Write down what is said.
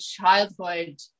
childhood